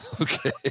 okay